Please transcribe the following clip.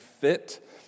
fit